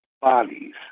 bodies